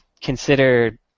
consider